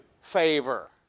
favor